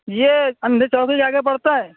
یہ اندھے چوکی سے آگے پڑتا ہے